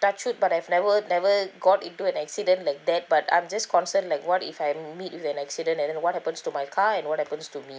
touch wood but I've never never got into an accident like that but I'm just concern like what if I meet with an accident and then what happens to my car and what happens to me